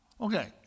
Okay